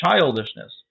childishness